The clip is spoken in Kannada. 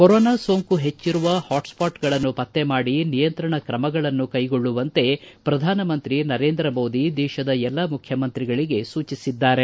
ಕೊರೋನಾ ಸೋಂಕು ಹೆಚ್ಚರುವ ಹಾಟ್ಸ್ವಾಟ್ಗಳನ್ನು ಪತ್ತೆ ಮಾಡಿ ನಿಯಂತ್ರಣ ಕ್ರಮಗಳನ್ನು ಕೈಗೊಳ್ಳುವಂತೆ ಪ್ರಧಾನ ಮಂತ್ರಿ ನರೇಂದ್ರ ಮೋದಿ ದೇಶದ ಎಲ್ಲಾ ಮುಖ್ಯಮಂತ್ರಿಗಳಿಗೆ ಸೂಚಿಸಿದ್ದಾರೆ